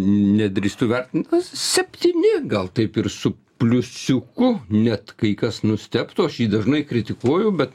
nedrįstu vertint septyni gal taip ir su pliusiuku net kai kas nustebtų aš jį dažnai kritikuoju bet